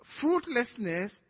fruitlessness